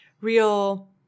real